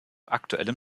aktuellem